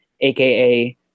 AKA